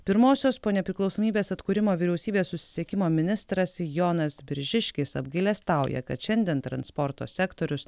pirmosios po nepriklausomybės atkūrimo vyriausybės susisiekimo ministras jonas biržiškis apgailestauja kad šiandien transporto sektorius